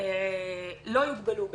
לא יוגבלו בעצם.